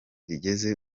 rigeze